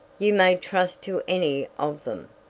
you may trust to any of them.